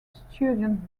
student